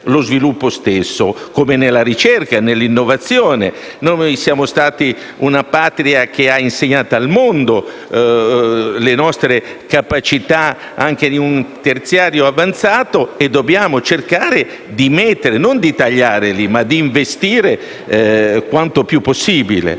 lo sviluppo stesso in ricerca e innovazione. Siamo stati una Patria che ha insegnato al mondo le nostre capacità nel terziario avanzato e dobbiamo cercare non di tagliare, ma di investire quanto più possibile